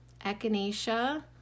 echinacea